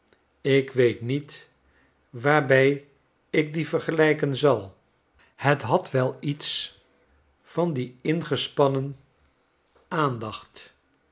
ik weet niet waarbij ik die vergelijken zal het had wel iets van die ingespannen aandacht